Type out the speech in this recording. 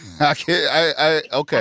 okay